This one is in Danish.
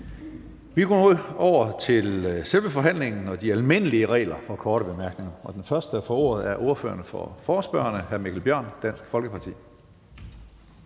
Vi går nu over til selve forhandlingen og de almindelige regler for korte bemærkninger, og den første, der får ordet, er ordføreren for forespørgerne, hr. Mikkel Bjørn, Dansk Folkeparti.